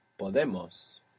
Podemos